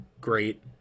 great